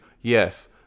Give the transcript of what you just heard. yes